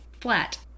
flat